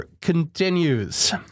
continues